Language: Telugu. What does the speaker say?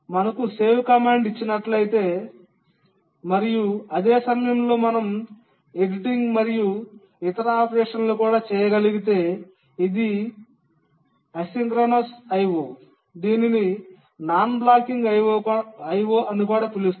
మనకు సేవ్ కమాండ్ ఇచ్చినట్లయితే మరియు అదే సమయంలో మేము ఎడిటింగ్ మరియు ఇతర ఆపరేషన్లను కూడా చేయగలిగితే అది అసమకాలిక IO దీనిని నాన్ బ్లాకింగ్ IO అని కూడా పిలుస్తారు